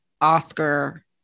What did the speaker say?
Oscar